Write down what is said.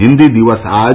हिन्दी दिवस आज